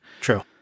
True